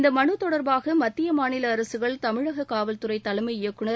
இந்த மனு தொடர்பாக மத்திய மாநில அரசுகள் தமிழக காவல்துறை தலைமை இயக்குநர்